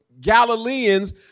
Galileans